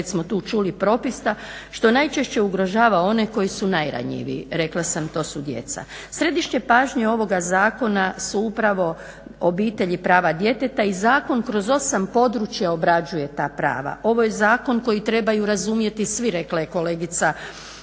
Središte pažnje ovoga zakona su upravo obitelj i prava djeteta i zakon kroz 8 područja obrađuje ta prava. Ovo je zakon koji trebaju razumjeti svi, rekla je kolegica